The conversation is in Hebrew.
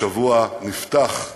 השבוע נפתח,